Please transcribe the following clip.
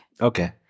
Okay